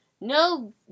No